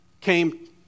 came